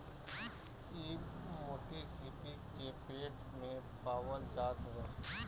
इ मोती सीपी के पेट में पावल जात हवे